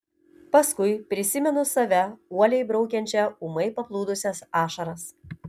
paskui prisimenu save uoliai braukiančią ūmai paplūdusias ašaras